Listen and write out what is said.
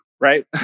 right